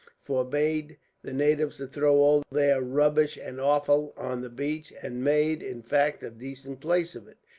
forbade the natives to throw all their rubbish and offal on the beach and made, in fact, a decent place of it.